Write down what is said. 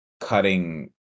cutting